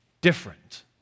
different